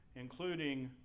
including